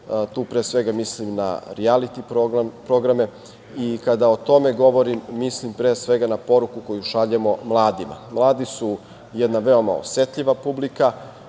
tu pre svega mislim na rijaliti programe i kada o tome govorim mislim pre svega na poruku koju šaljemo mladima. Mladi su jedna veoma osetljiva publika.